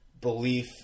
belief